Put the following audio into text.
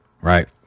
Right